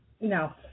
no